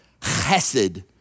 chesed